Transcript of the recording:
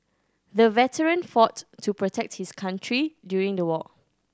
the veteran fought to protect his country during the war